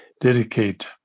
dedicate